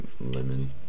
Lemon